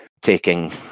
taking